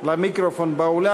למיקרופון באולם.